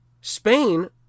Spain